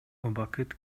убакыт